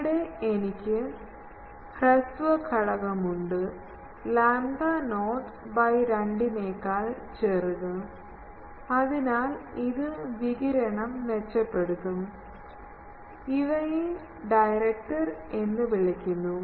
ഇവിടെ എനിക്ക് ഒരു ഹ്രസ്വ ഘടകമുണ്ട് lambda not by രണ്ട് നേക്കാൾ ചെറുത് അതിനാൽ ഇത് വികിരണം മെച്ചപ്പെടുത്തും ഇവയെ ഡയറക്ടർ എന്ന് വിളിക്കുന്നു